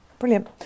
Brilliant